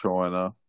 China